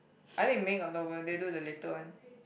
I think Ming got no one they do the later one